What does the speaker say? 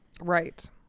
Right